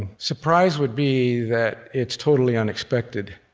surprise would be that it's totally unexpected.